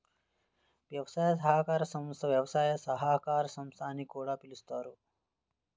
వ్యవసాయ సహకార సంస్థ, వ్యవసాయ సహకార సంస్థ అని కూడా పిలుస్తారు